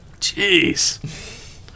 jeez